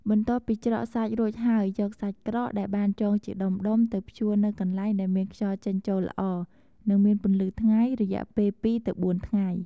បន្ទាប់ពីច្រកសាច់រួចហើយ យកសាច់ក្រកដែលបានចងជាដុំៗ ទៅ ព្យួរនៅកន្លែងដែលមានខ្យល់ចេញចូលល្អ និងមានពន្លឺថ្ងៃ រយៈពេល ២-៤ ថ្ងៃ។